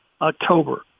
October